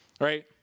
Right